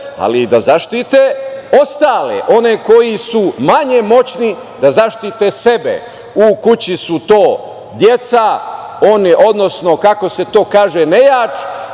ali i da zaštite ostale, one koji su manje moćni da zaštite sebe. U kući su to deca, odnosno kako se to kaže nejač,